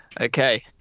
Okay